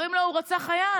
אומרים לו: הוא רצח חייל.